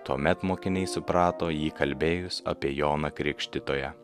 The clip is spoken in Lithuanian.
tuomet mokiniai suprato jį kalbėjus apie joną krikštytoją